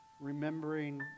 remembering